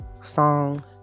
song